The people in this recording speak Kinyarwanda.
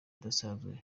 udasanzwe